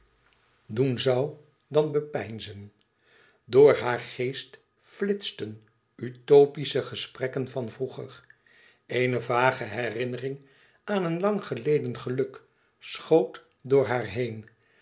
doen zoû dan bepeinzen door haar geest flitsten utopistische gesprekken van vroeger eene vage herinnering aan een lang geleden geluk schoot door haar heen